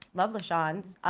love lachanze,